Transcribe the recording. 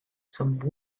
some